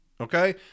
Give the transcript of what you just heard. Okay